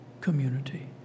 community